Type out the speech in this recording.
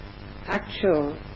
actual